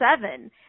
seven